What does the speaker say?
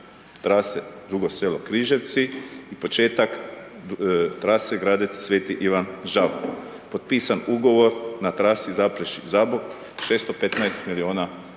trase Dugo Selo-Križevci i početak trase Gradec-Sv. Ivan Žabno. Potpisan ugovor na trasi Zaprešić-Zabok, 615 milijuna kn.